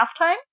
halftime